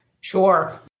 Sure